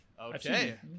Okay